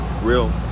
real